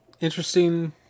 interesting